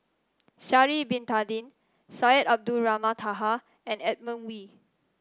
Sha'ari Bin Tadin Syed Abdulrahman Taha and Edmund Wee